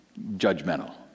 judgmental